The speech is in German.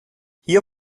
hier